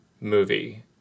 movie